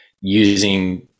using